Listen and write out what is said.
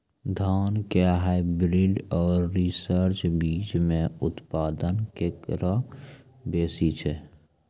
धान के हाईब्रीड और रिसर्च बीज मे उत्पादन केकरो बेसी छै?